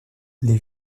les